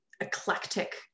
eclectic